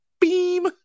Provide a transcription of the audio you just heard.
beam